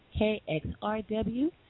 KXRW